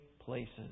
places